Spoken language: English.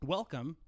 Welcome